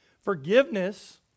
Forgiveness